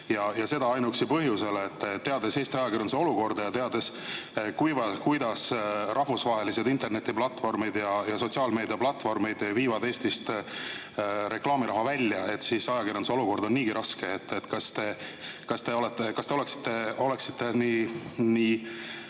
Seda ainuüksi põhjusel, et teades Eesti ajakirjanduse olukorda ja seda, kuidas rahvusvahelised interneti‑ ja sotsiaalmeediaplatvormid viivad Eestist reklaamiraha välja, [tean, et] ajakirjanduse olukord on niigi raske. Kas te oleksite nii